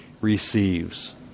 receives